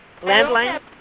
landline